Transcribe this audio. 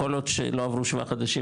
כל עוד שלא עברו שבעה חודשים,